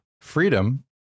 Freedom